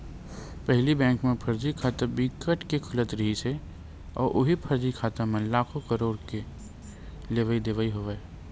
पहिली बेंक म फरजी खाता बिकट के खुलत रिहिस हे अउ उहीं फरजी खाता म लाखो, करोड़ो के लेवई देवई होवय